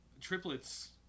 triplets